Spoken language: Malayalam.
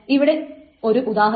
ദാ ഇവിടെ ഒരു ഉദാഹരണം